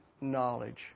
knowledge